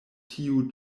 tiu